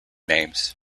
names